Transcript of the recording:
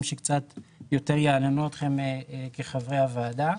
שקצת יותר יעניינו אתכם כחברי הוועדה.